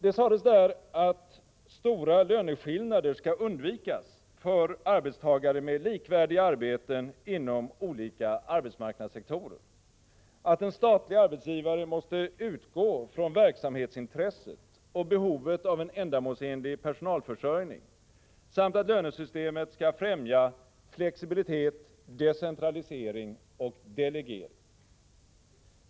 Det sades där att stora löneskillnader skall undvikas för arbetstagare med likvärdiga arbeten inom olika arbetsmarknadssektorer, att en statlig arbetsgivare måste utgå från verksamhetsintresset och behovet av en ändamålsenlig personalförsörjning samt att lönesystemet skall främja flexibilitet, decentralisering och delegering.